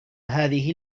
هذه